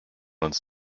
uns